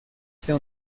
sea